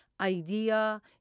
idea